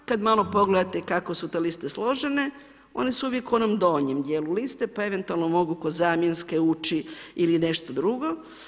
Kad malo pogledate kako su te liste složene, one su uvijek u onom donjem dijelu liste, pa eventualno mogu kao zamjenske ući ili nešto drugo.